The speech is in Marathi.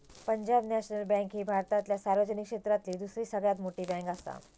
पंजाब नॅशनल बँक ही भारतातल्या सार्वजनिक क्षेत्रातली दुसरी सगळ्यात मोठी बँकआसा